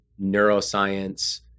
neuroscience